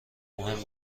مهم